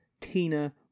Tina